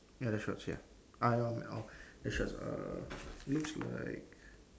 ya that's what err looks like